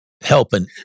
helping